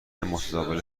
متداول